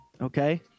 Okay